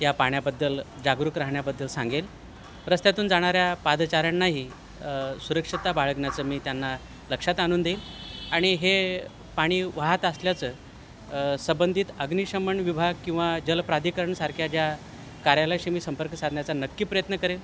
या पाण्याबद्दल जागरूक राहण्याबद्दल सांगेल रस्त्यातून जाणाऱ्या पादचाऱ्यांनाही सुरक्षता बाळगण्याचं मी त्यांना लक्षात आणून देईल आणि हे पाणी वाहत असल्याचं सबंधित अग्निशमन विभाग किंवा जल प्राधिककरणसारख्या ज्या कार्यालयाशी मी संपर्क साधण्याचा नक्की प्रयत्न करेल